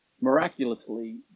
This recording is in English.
miraculously